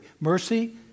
Mercy